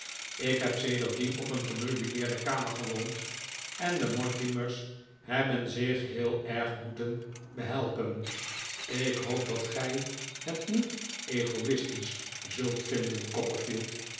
ik heb sedertdien op een gemeubileerde kamer gewoond en de mortimer's hebben zich heel erg mpeten behelpen ik hoop dat gij het niet ego'istisch zult vinden